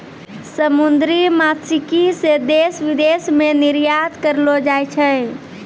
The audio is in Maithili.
समुन्द्री मत्स्यिकी से देश विदेश मे निरयात करलो जाय छै